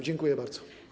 Dziękuję bardzo.